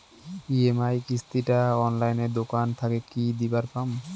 EMI কিস্তি টা অনলাইনে দোকান থাকি কি দিবার পাম?